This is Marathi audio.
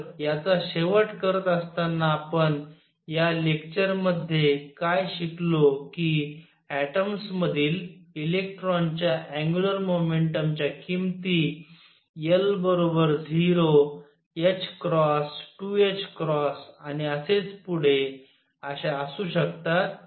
तर याचा शेवट करत असताना आपण या लेक्चर मध्ये काय शिकलो कि ऍटम मधील इलेक्ट्रॉनच्या अँग्युलर मोमेंटम च्या किमती l 0 2 आणि असेच पुढे अश्या असू शकतात